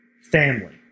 family